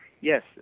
Yes